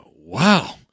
wow